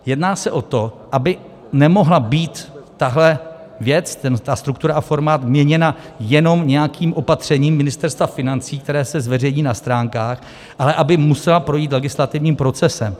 Jedná se o to, aby nemohla být tahle věc, ta struktura a formát, měněna jenom nějakým opatřením Ministerstva financí, které se zveřejní na stránkách, ale aby musela projít legislativním procesem.